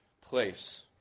place